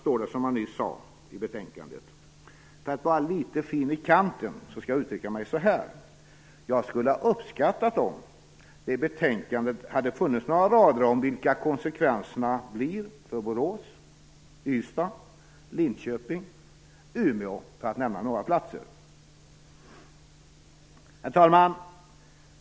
För att vara litet fin i kanten, skulle jag vilja uttrycka mig så här: Jag hade uppskattat om det i betänkandet hade funnits några rader om vilka konsekvenserna blir för Borås, Ystad, Linköping och Umeå för att nämna några platser. Herr talman!